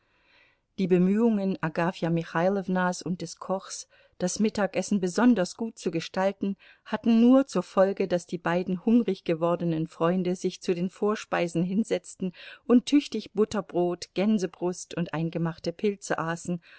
die bemühungen agafja michailownas und des kochs das mittagessen besonders gut zu gestalten hatten nur zur folge daß die beiden hungrig gewordenen freunde sich zu den vorspeisen hinsetzten und tüchtig butterbrot gänsebrust und eingemachte pilze aßen